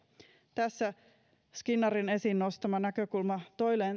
tässä skinnarin esiin nostama näkökulma